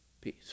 Peace